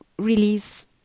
release